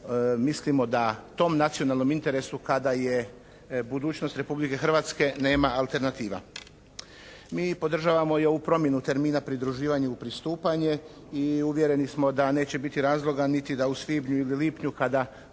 mislimo da tom nacionalnom interesu kada je budućnost Republike Hrvatske nema alternativa. Mi podržavamo i ovu promjenu termina pridruživanju u pristupanje i uvjereni smo da neće biti razloga niti da u svibnju ili lipnju kada